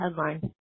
headline